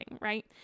right